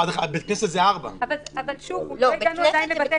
בית כנסת זה 4. בית כנסת זה בית כנסת.